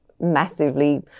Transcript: massively